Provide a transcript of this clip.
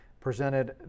presented